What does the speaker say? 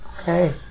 Okay